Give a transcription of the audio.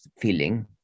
feeling